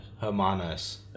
Hermanos